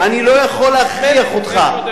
אני לא יכול להכריח אותך,